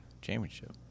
championship